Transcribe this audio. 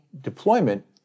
deployment